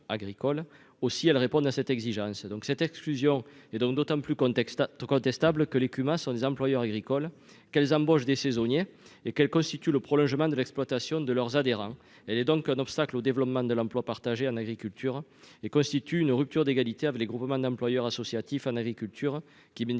aussi elle répondent à cette exigence, donc cette exclusion et donc d'autant plus contexte à tout contestable que les cubains sont les employeurs agricoles qu'elles embauchent des saisonniers et qu'elle constitue le prolongement de l'exploitation de leurs adhérents, elle est donc un obstacle au développement de l'emploi partagé en agriculture et constitue une rupture d'égalité avec les groupements d'employeurs associatifs en agriculture qui bénéficient